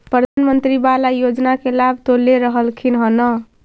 प्रधानमंत्री बाला योजना के लाभ तो ले रहल्खिन ह न?